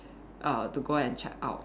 uh to go and check out